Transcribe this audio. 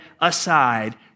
aside